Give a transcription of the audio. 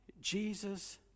Jesus